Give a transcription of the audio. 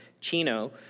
Chino